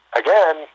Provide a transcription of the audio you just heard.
again